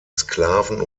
sklaven